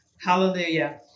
Hallelujah